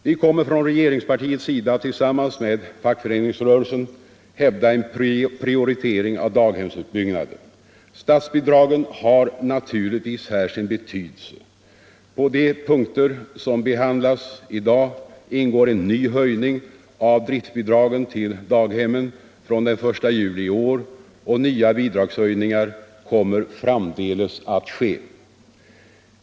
Vi kommer från regeringspartiets sida att tillsammans med fackföreningsrörelsen hävda en prioritering av daghemsutbyggnaden. Statsbidragen har naturligtvis här sin betydelse; på de punkter som behandlas i dag ingår en ny höjning av driftbidragen till daghemmen från den 1 juli i år, och nya bidragshöjningar kommer framdeles att ske.